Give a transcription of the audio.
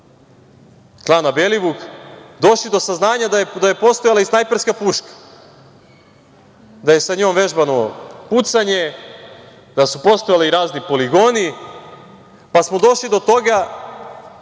klana Belivuk došli do saznanja da je postojala i snajperska puška. Sa njom je vežbano pucanje, da su postojali razni poligoni, pa smo došli do toga